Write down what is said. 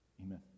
amen